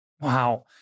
Wow